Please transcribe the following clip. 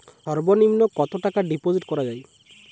সর্ব নিম্ন কতটাকা ডিপোজিট করা য়ায়?